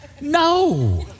no